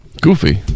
Goofy